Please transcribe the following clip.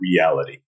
Reality